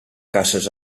casas